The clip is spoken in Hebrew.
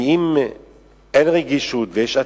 ואם אין רגישות ויש אטימות,